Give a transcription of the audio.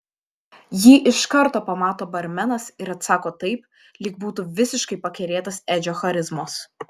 jį iš karto pamato barmenas ir atsako taip lyg būtų visiškai pakerėtas edžio charizmos